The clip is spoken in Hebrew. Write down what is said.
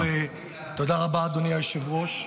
קודם כול, תודה רבה, אדוני היושב-ראש.